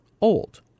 old